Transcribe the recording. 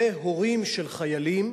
ומהורים של חיילים,